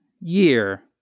year